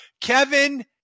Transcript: Kevin